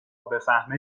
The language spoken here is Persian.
بفهمه